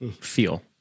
feel